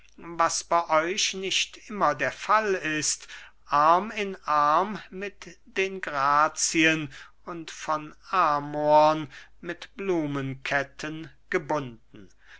was bey euch nicht immer der fall ist arm in arm mit den grazien und von amorn mit blumenketten gebunden